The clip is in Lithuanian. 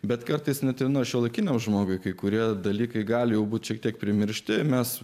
bet kartais nutinka šiuolaikiniam žmogui kai kurie dalykai gali būti šiek tiek primiršti mes